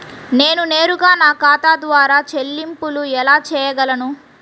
నేను నేరుగా నా ఖాతా ద్వారా చెల్లింపులు ఎలా చేయగలను?